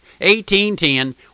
1810